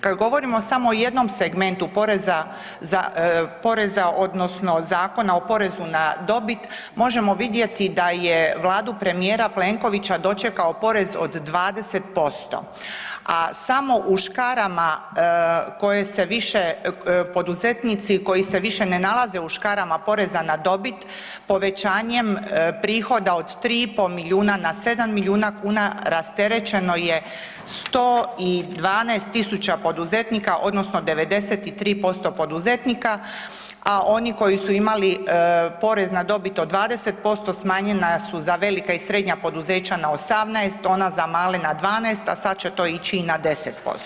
Kad govorimo samo o jednom segmentu poreza za, poreza odnosno Zakona o porezu na dobit možemo vidjeti da je Vladu premijera Plenkovića dočekao porez od 20%, a samo u škarama koje se više, poduzetnici koji se više ne nalaze u škarama poreza na dobit povećanjem prihoda od 3,5 milijuna na 7 milijuna kuna rasterećeno je 112 000 poduzetnika odnosno 93% poduzetnika, a oni koji su imali porez na dobit od 20% smanjena su za velika i srednja poduzeća na 18, ona za male na 12, a sad će to ići i na 10%